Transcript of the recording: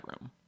room